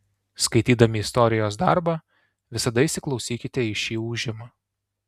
skaitydami istorijos darbą visada įsiklausykite į šį ūžimą